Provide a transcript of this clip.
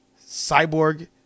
Cyborg